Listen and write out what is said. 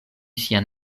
sian